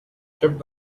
shift